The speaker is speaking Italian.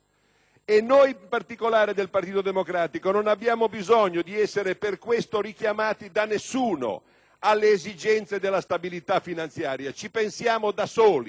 Noi in particolare del Partito Democratico non abbiamo bisogno di essere richiamati da nessuno alle esigenze della stabilità finanziaria, ci pensiamo da soli;